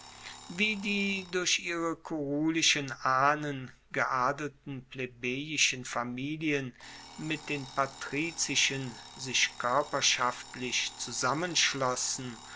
wie die durch ihre kurulischen ahnen geadelten plebejischen familien mit den patrizischen sich koerperschaftlich zusammenschlossen